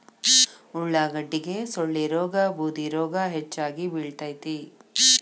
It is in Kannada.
ಉಳಾಗಡ್ಡಿಗೆ ಸೊಳ್ಳಿರೋಗಾ ಬೂದಿರೋಗಾ ಹೆಚ್ಚಾಗಿ ಬಿಳತೈತಿ